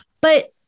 But-